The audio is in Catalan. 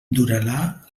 durarà